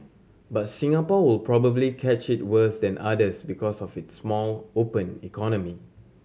but Singapore will probably catch it worse than others because of its small open economy